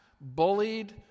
bullied